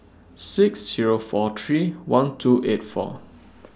six Zero four three one two eight four